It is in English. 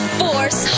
force